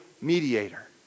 mediator